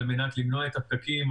על מנת למנוע את הפקקים,